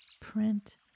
Print